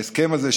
ההסכם הזה,